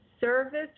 service